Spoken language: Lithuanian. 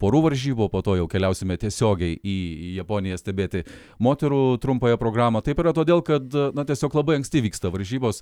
porų varžybų o po to jau keliausime tiesiogiai į japoniją stebėti moterų trumpąją programą taip yra todėl kad na tiesiog labai anksti vyksta varžybos